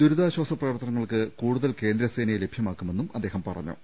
ദുരിതാശ്ചാസ പ്രവർത്തനങ്ങൾക്ക് കൂടുതൽ കേന്ദ്രസേനയെ ലഭ്യമാക്കുമെന്നും അദ്ദേഹം പറഞ്ഞു